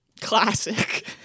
Classic